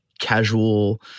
casual